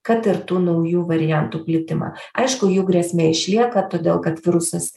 kad ir tų naujų variantų plitimą aišku jų grėsmė išlieka todėl kad virusas